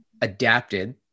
adapted